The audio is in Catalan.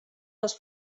les